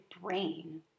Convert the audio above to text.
brain